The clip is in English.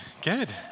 good